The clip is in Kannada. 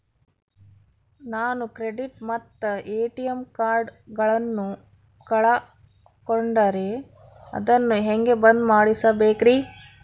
ನಾನು ಕ್ರೆಡಿಟ್ ಮತ್ತ ಎ.ಟಿ.ಎಂ ಕಾರ್ಡಗಳನ್ನು ಕಳಕೊಂಡರೆ ಅದನ್ನು ಹೆಂಗೆ ಬಂದ್ ಮಾಡಿಸಬೇಕ್ರಿ?